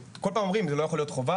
כל פעם אומרים זה לא יכול להיות חובה.